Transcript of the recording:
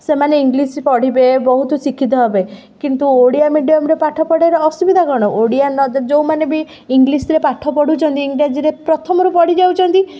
ସେମାନେ ଇଂଲିଶ ପଢ଼ିବେ ବହୁତ ଶିକ୍ଷିତ ହେବେ କିନ୍ତୁ ଓଡ଼ିଆ ମିଡ଼ିୟମରେ ପାଠ ପଢ଼ିବାରେ ଅସୁବିଧା କ'ଣ ଓଡ଼ିଆରେ ଯେଉଁମାନେ ବି ଇଂଲିଶରେ ପାଠ ପଢ଼ୁଛନ୍ତି ଇଂଗ୍ରାଜୀରେ ପ୍ରଥମରୁ ପଢ଼ି ଯାଉଛନ୍ତି